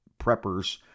preppers